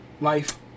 Life